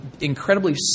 incredibly